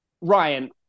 Ryan